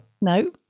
No